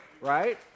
right